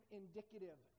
indicative